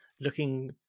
looking